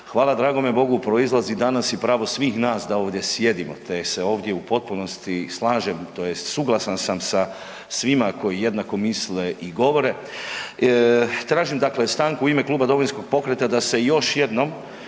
hvala dragome Bogu, proizlazi danas i pravo svih nas da ovdje sjedimo, te se ovdje u potpunosti slažem tj. suglasan sam sa svima koji jednako misle i govore. Tražim dakle stanku u ime Kluba Domovinskog pokreta da se još jednom